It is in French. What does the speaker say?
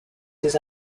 ses